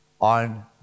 on